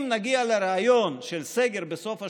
אם נגיע לרעיון של סגר בסוף השבוע,